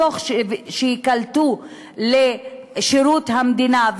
לקליטתם בשירות המדינה,